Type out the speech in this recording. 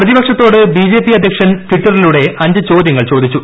പ്രതിപക്ഷത്തോട് BJP അദ്ധ്യക്ഷൻ ട്വിറ്ററിലൂടെ അഞ്ച് ചോദ്യങ്ങൾ ചോദിച്ചു